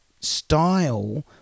style